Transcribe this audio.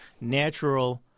Natural